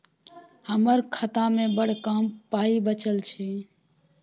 हमर खातामे बड़ कम पाइ बचल छै